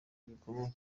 bikomoka